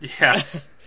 Yes